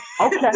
Okay